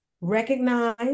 recognize